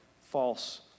false